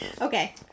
Okay